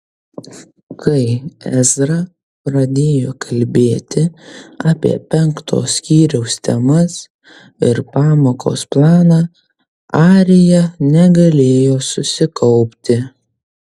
kai ezra pradėjo kalbėti apie penkto skyriaus temas ir pamokos planą arija negalėjo susikaupti